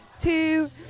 two